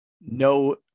no